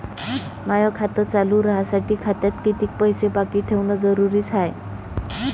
माय खातं चालू राहासाठी खात्यात कितीक पैसे बाकी ठेवणं जरुरीच हाय?